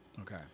okay